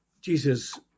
jesus